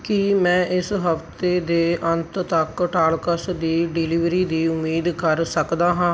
ਕੀ ਮੈਂ ਇਸ ਹਫਤੇ ਦੇ ਅੰਤ ਤੱਕ ਟਾਲਕਸ ਦੀ ਡਿਲੀਵਰੀ ਦੀ ਉਮੀਦ ਕਰ ਸਕਦਾ ਹਾਂ